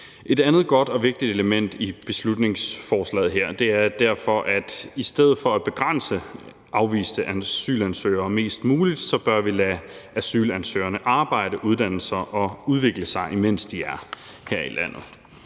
Et andet godt og vigtigt element i beslutningsforslaget her er derfor, at i stedet for at begrænse afviste asylansøgere mest muligt bør vi lade asylansøgerne arbejde, uddanne sig og udvikle sig, mens de er her i landet.